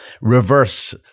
reverse